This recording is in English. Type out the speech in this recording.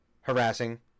harassing